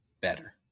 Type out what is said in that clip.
Better